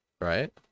Right